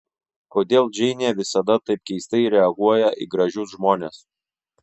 kodėl džeinė visada taip keistai reaguoja į gražius žmones